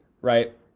right